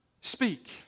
speak